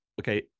okay